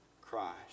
Christ